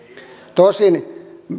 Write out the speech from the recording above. tosin